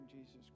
Jesus